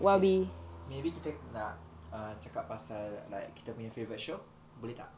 okay maybe kita nak cakap pasal like kita punya favourite show boleh tak